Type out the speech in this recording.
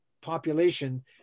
population